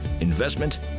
investment